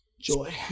Joy